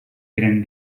diren